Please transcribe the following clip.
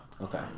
Okay